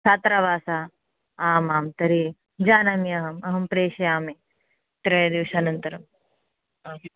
छात्रवासः आमां तर्हि जानामि अहम् अहं प्रेषयामि त्रे दिवसानन्तरम् आम्